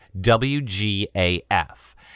W-G-A-F